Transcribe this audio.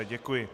Děkuji.